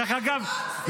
אגב,